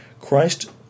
Christ